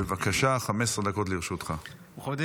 בבקשה, 15 דקות לרשותך.